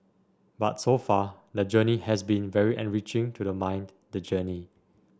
but so far the journey has been very enriching to the mind the journey